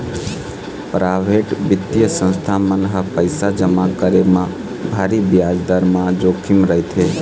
private बित्तीय संस्था मन म पइसा जमा करे म भारी बियाज दर म जोखिम रहिथे